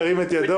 ירים את ידו.